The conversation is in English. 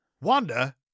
Wanda